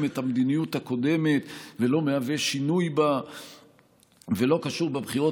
את המדיניות הקודמת ולא מהווה שינוי בה ולא קשור בבחירות,